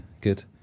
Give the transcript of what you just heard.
good